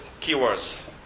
keywords